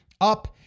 up